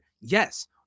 yes